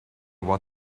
what